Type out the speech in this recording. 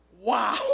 Wow